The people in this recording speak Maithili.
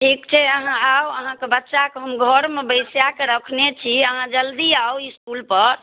ठीक छै अहाँ आउ अहाँके बच्चाकेँ हम घरमे बैसाए कऽ रखने छी अहाँ जल्दी आउ इस्कुलपर